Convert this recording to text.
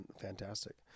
fantastic